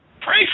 pray